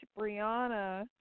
Brianna